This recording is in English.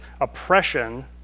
oppression